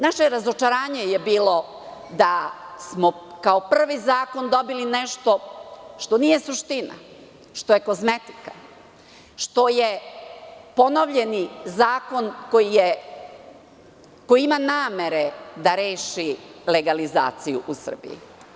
Naše razočarenje je bilo da smo kao prvi zakon dobili nešto što nije suština, što je kozmetika, što je ponovljeni zakon koji ima namere da reši legalizaciju u Srbiji.